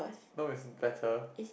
no is better